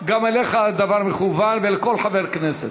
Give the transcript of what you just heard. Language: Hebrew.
גם אליך הדבר מכוון, ואל כל חבר כנסת.